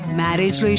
marriage